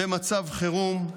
במצב חירום,